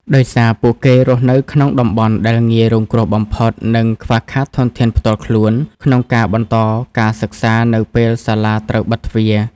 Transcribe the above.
ដោយសារពួកគេរស់នៅក្នុងតំបន់ដែលងាយរងគ្រោះបំផុត និងខ្វះខាតធនធានផ្ទាល់ខ្លួនក្នុងការបន្តការសិក្សានៅពេលសាលាត្រូវបិទទ្វារ។